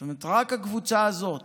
זאת אומרת, רק הקבוצה הזאת